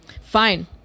Fine